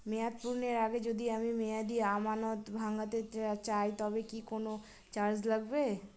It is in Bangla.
মেয়াদ পূর্ণের আগে যদি আমি মেয়াদি আমানত ভাঙাতে চাই তবে কি কোন চার্জ লাগবে?